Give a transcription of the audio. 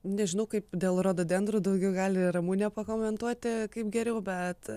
nežinau kaip dėl rododendrų daugiau gali ramunė pakomentuoti kaip geriau bet